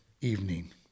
evening